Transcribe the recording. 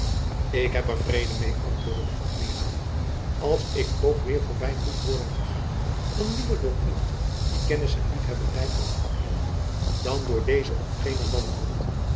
ik heb er vrede meê antwoordde de amiraal als jacob van lennep elizabeth musch ik toch weêr voorby moet worden gegaan dan liever door iemand die kennis en liefhebbery voor't vak heeft dan door dezen of genen landrot